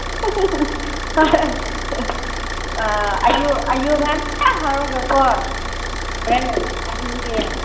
ꯑꯥ ꯑꯌꯨꯛ ꯉꯟꯇꯥ ꯍꯧꯔꯒꯀꯣ ꯍꯣꯔꯦꯟ ꯑꯍꯤꯡꯒꯤ